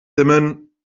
dimmen